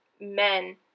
men